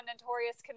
notorious